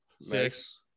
Six